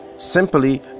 Simply